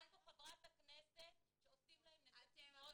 אמרה פה חברת הכנסת שעושים להם נזקים מאוד גדולים.